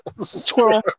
Squirrel